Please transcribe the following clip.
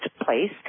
place